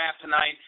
tonight